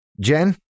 Jen